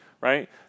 right